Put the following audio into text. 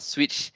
Switch